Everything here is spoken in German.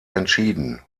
entschieden